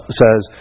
says